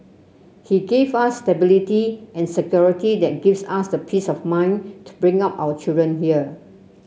he gave us stability and security that gives us the peace of mind to bring up our children here